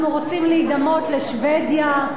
אנחנו רוצים להידמות לשבדיה.